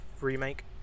remake